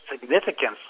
significance